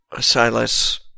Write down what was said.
Silas